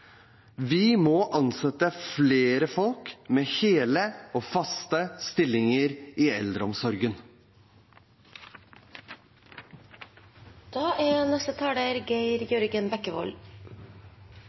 Vi må ansette flere folk med hele og faste stillinger i eldreomsorgen. Jeg tror det er